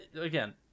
again